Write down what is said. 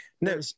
No